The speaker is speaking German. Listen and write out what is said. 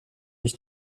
ich